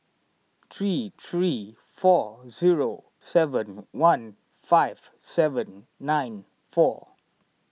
three three four zero seven one five seven nine four